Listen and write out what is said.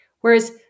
Whereas